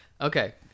Okay